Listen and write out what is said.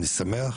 אני שמח